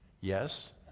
Yes